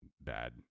bad